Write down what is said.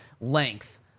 length